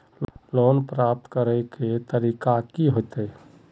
Loan प्राप्त करे के तरीका की होते?